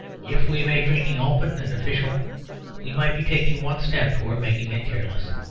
if we made drinking open and official we might be taking one step towards making it careless.